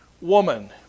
woman